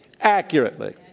Accurately